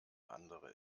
andere